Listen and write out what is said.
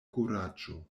kuraĝo